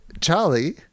Charlie